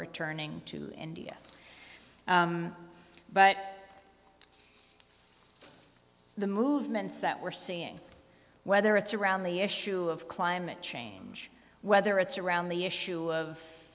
returning to india but the movements that we're seeing whether it's around the issue of climate change whether it's around the issue of